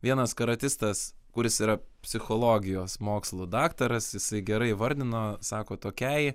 vienas karatistas kuris yra psichologijos mokslų daktaras jisai gerai įvardino sako tokiai